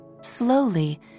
Slowly